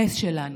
הנס שלנו,